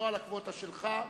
לא על הקווטה שלך,